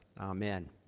Amen